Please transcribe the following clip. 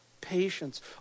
Patience